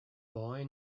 boy